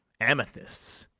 amethysts,